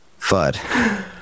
FUD